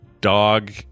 dog